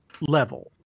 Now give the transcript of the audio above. level